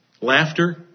laughter